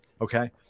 okay